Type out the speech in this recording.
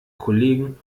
kollegen